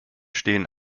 stehen